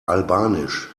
albanisch